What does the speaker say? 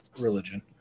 religion